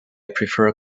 prefer